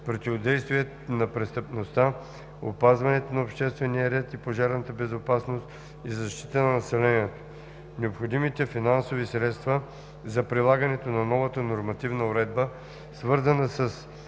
противодействието на престъпността, опазването на обществения ред и пожарната безопасност и защита на населението. Необходимите финансови средства за прилагането на новата нормативна уредба, свързана с